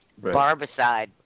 Barbicide